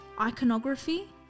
iconography